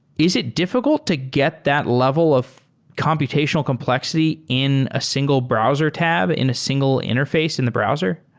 is it difficult to get that level of computational complexity in a single browser tab, in a single interface in the browser?